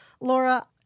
Laura